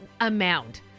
amount